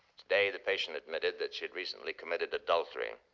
today, the patient admitted that she'd recently committed adultery.